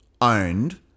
owned